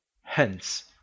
Hence